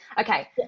Okay